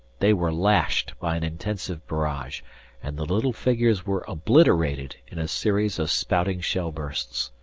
they were lashed by an intensive barrage and the little figures were obliterated in a series of spouting shell bursts.